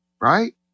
Right